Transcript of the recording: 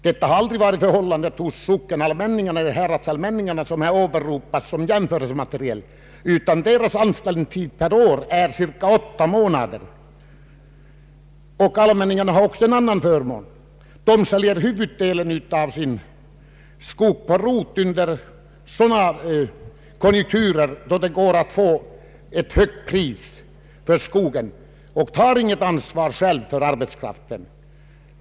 Detta har aldrig varit förhållandet hos sockeneller häradsallmänningarna, vilka här har åberopats såsom jämförelsematerial. De anställer sina arbetare för cirka åtta månader per år. Allmänningarna har också en annan förmån. De säljer huvuddelen av sin skog på rot under sådana konjunkturer då det går att få ut ett högt pris, och de har själva inget ansvar för arbetskraften.